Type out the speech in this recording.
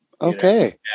okay